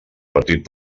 partit